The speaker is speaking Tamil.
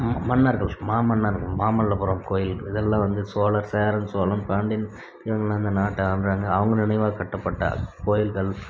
மன்னர்கள் மா மன்னர்கள் மாமல்லபுரம் கோயில் இதெல்லாம் வந்து சோழர் சேரன் சோழன் பாண்டியன் இவங்கள்லாம் இந்த நாட்டை ஆண்டாங்க அவங்க நினைவாக கட்டப்பட்ட கோயில்கள்